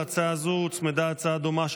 להצעה זו הוצמדה הצעה דומה,